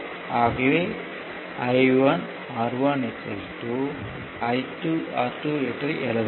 ஆகவே I1 R1 I2 R2 என எழுதலாம்